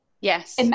yes